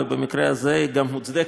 ובמקרה הזה היא גם מוצדקת.